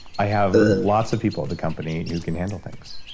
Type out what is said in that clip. i have lots of people at the company who can handle things.